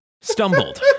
stumbled